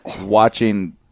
watching